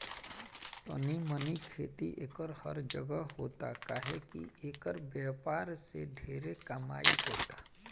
तनी मनी खेती एकर हर जगह होता काहे की एकर व्यापार से ढेरे कमाई होता